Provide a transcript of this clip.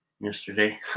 yesterday